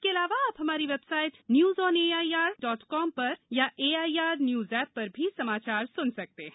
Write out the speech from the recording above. इसके अलावा आप हमारी website news on A I R dot N I C dot I N पर अथवा A I R news app पर भी समाचार सुन सकते हैं